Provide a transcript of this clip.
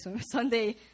Sunday